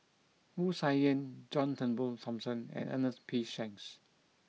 Wu Tsai Yen John Turnbull Thomson and Ernest P Shanks